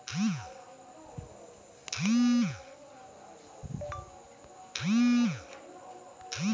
हम केँ mobile app सँ खेती केँ उपकरण खरीदै सकैत छी?